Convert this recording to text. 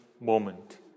moment